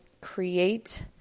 create